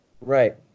Right